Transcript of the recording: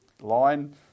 line